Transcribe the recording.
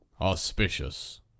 Auspicious